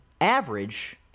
average